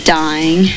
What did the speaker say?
dying